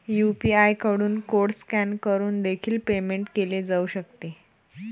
UPI कडून code scan करून देखील पेमेंट केले जाऊ शकते